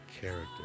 character